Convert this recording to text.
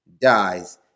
dies